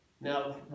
Now